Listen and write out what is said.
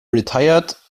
retired